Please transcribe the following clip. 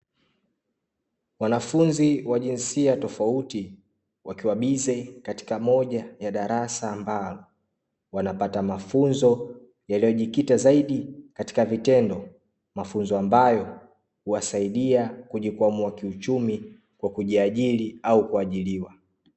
Wanafunzi wa jinsia tofauti wakiwa bize katika moja ya darasa, ambalo wanapata mafunzo yaliyojikita zaidi katika vitendo, mafunzo ambayo huwasaidia kujikwamua kiuchumi kwa kujiajiri au kuajiriwa.